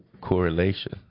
correlation